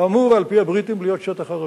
אמור על-פי הבריטים להיות שטח ערבי.